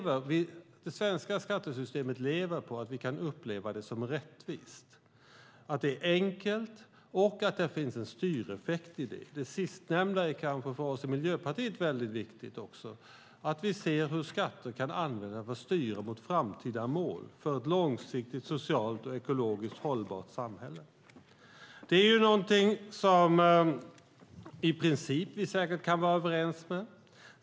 Det svenska skattesystemet lever på att vi kan uppleva det som rättvist, att det är enkelt och att det finns en styreffekt. Det sistnämnda är väldigt viktigt för oss i Miljöpartiet. Det handlar om hur skatter kan användas för att styra mot framtida mål för ett långsiktigt socialt och ekologiskt hållbart samhälle. Detta är någonting som vi i princip säkert kan vara överens om.